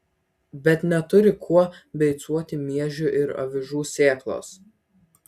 bet neturi kuo beicuoti miežių ir avižų sėklos